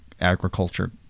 agriculture